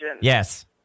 Yes